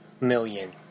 million